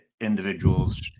individuals